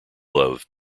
love